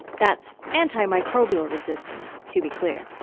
that's antimicrobial resistance, to be clear.